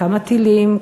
כמה טילים,